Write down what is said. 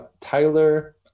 Tyler